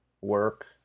work